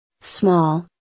small